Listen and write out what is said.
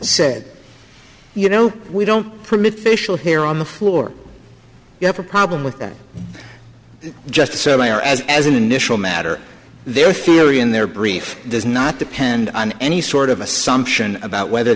said you know we don't permit facial hair on the floor you have a problem with that just a survey or as as an initial matter their theory in their brief does not depend on any sort of assumption about whether